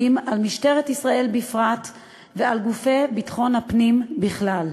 על משטרת ישראל בפרט ועל גופי ביטחון הפנים בכלל.